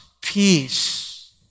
Peace